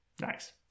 Nice